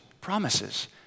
promises